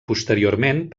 posteriorment